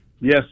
Yes